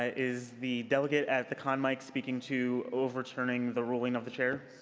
ah is the delegate at the con mic speaking to overturning the ruling of the chair?